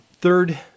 Third